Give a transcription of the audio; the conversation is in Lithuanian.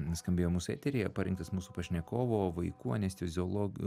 nuskambėjo mūsų eteryje parinktas mūsų pašnekovo vaikų anesteziolog